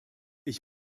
ich